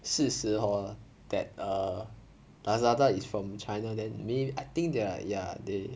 事实 hor that err lazada is from china then may I think ah ya they